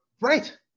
right